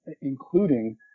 including